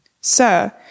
Sir